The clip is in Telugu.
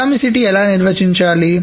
అటామిసిటీ ఎలా నిర్వచించాలి